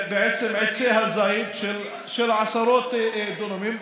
בעין מאהל הנזקים היו לעצי זית של עשרות דונמים,